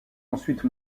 ensuite